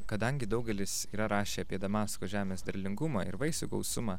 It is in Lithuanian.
kadangi daugelis yra rašę apie damasko žemės derlingumą ir vaisių gausumą